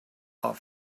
are